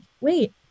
wait